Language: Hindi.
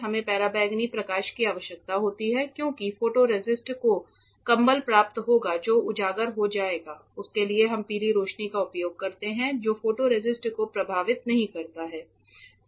हमें पराबैंगनी प्रकाश की आवश्यकता नहीं है क्योंकि फोटोरेसिस्ट को कंबल प्राप्त होगा जो उजागर हो जाएगा उसके लिए हम पीली रोशनी का उपयोग करते हैं जो फोटोरेसिस्ट को प्रभावित नहीं करता है